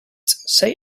say